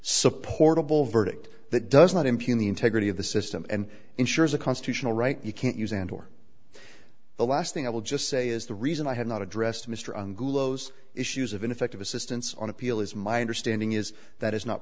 supportable verdict that does not impugn the integrity of the system and ensures a constitutional right you can't use and or the last thing i will just say is the reason i have not addressed mr on glos issues of ineffective assistance on appeal is my understanding is that is not